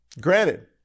granted